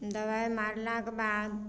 दबाइ मारलाके बाद